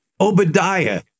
Obadiah